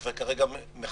-- ואני מבין שכרגע מחסנים